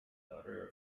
daughter